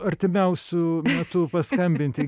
artimiausiu metu paskambinti